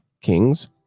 Kings